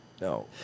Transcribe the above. No